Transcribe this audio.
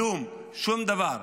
כלום, שום דבר,